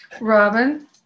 Robin